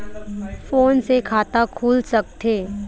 Phone से खाता खुल सकथे?